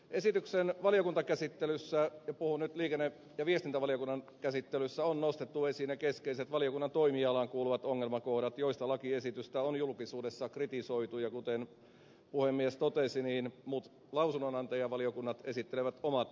esityksen valiokuntakäsittelyssä ja puhun nyt liikenne ja viestintävaliokunnan käsittelystä on nostettu esiin ne keskeiset valiokunnan toimialaan kuuluvat ongelmakohdat joista lakiesitystä on julkisuudessa kritisoitu ja kuten puhemies totesi lausunnonantajavaliokunnat esittelevät omat mietintönsä